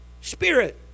Spirit